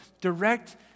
direct